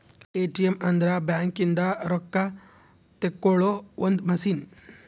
ATM ಅಂದ್ರ bank ಇಂದ ರೊಕ್ಕ ತೆಕ್ಕೊಳೊ ಒಂದ್ ಮಸಿನ್